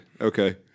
Okay